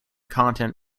content